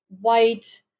white